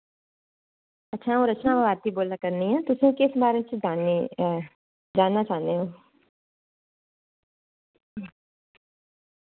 अच्छा अ'ऊं रचना भारती बोल्ला करनी आं तुसें किस बारे च जानन्ना चांह्ने ओ